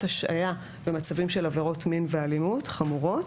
השעיה במצבים של עבירות מין ואלימות חמורות.